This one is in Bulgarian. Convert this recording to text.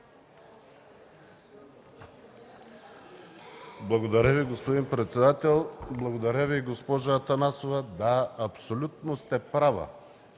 Благодаря Ви, господин председател. Благодаря Ви, госпожо Атанасова. Да, абсолютно сте права